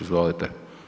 Izvolite.